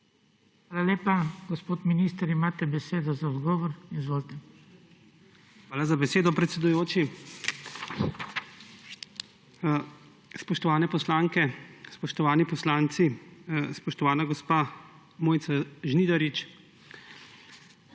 Hvala lepa. Gospod minister, imate besedo za odgovor. Izvolite. JANEZ POKLUKAR: Hvala za besedo, predsedujoči. Spoštovane poslanke, spoštovani poslanci, spoštovana gospa Mojca Žnidarič!